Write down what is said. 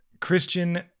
Christian